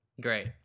Great